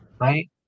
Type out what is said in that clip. right